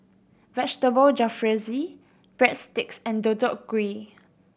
Vegetable Jalfrezi Breadsticks and Deodeok Gui